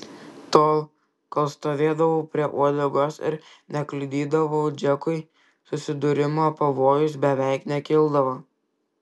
tol kol stovėdavau prie uodegos ir nekliudydavau džekui susidūrimo pavojus beveik nekildavo